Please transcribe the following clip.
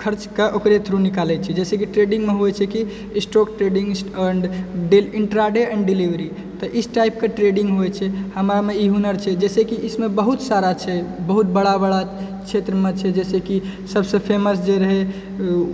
खर्चके ओकरे थ्रू निकालय छियै जैसँ कि ट्रेडिंगमे होइ छै कि stock trading and intraday and delivery तऽ इस टाइपके ट्रेडिंग होइ छै हमरामे ई हुनर छै जैसँ कि इसमे बहुत सारा छै बहुत बड़ा बड़ा क्षेत्रमे छै जैसँ कि सबसँ फेमस जे रहय